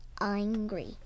angry